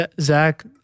Zach